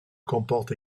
comporte